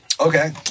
Okay